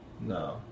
No